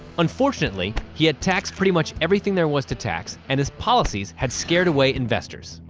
unfortunately, he had taxed pretty much everything there was to tax, and his policies had scared away investors.